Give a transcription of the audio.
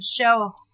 show